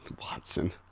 Watson